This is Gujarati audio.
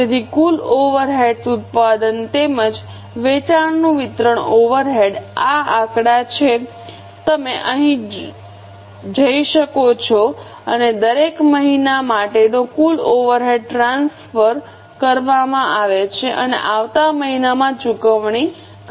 તેથી કુલ ઓવરહેડ્સ ઉત્પાદન તેમજ વેચાણનું વિતરણ ઓવરહેડ આ આંકડા છે તમે અહીં જઈ શકો છો અને દરેક મહિના માટેનો કુલ ઓવરહેડ ટ્રાન્સફર કરવામાં આવે છે અને આવતા મહિનામાં ચૂકવણી કરવામાં આવે છે